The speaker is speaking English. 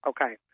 Okay